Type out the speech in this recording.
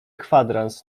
kwadrans